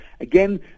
Again